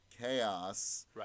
chaos